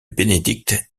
benedict